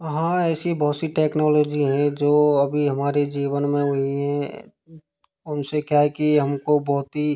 हाँ ऐसी बहुत सी टेक्नोलॉजी हैं जो अभी हमारे जीवन में हुई हैं और उनसे क्या है कि हमको बहुत ही